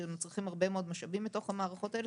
שצריכים הרבה מאוד משאבים בתוך המערכות האלה,